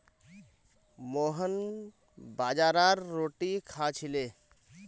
मोहन बाजरार रोटी खा छिले